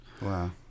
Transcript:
Wow